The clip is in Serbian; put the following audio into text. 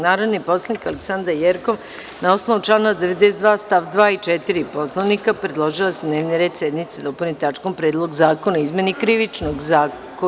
Narodni poslanik Aleksandra Jerkov, na osnovu člana 92. stav 2. i 4. Poslovnika, predložila je da se dnevni red sednice dopuni tačkom – PREDLOG ZAKONA O IZMENI KRIVIČNOG ZAKONIKA.